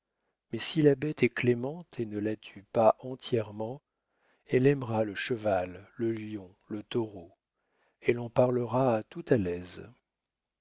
mais si la bête est clémente et ne la tue pas entièrement elle aimera le cheval le lion le taureau elle en parlera tout à l'aise